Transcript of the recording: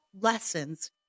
lessons